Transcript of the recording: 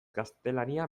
gaztelania